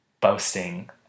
boasting